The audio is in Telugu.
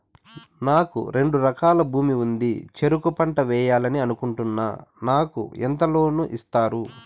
నాకు రెండు ఎకరాల భూమి ఉంది, చెరుకు పంట వేయాలని అనుకుంటున్నా, నాకు ఎంత లోను ఇస్తారు?